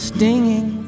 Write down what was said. Stinging